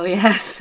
yes